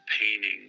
painting